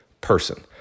person